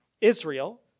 Israel